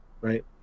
right